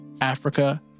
Africa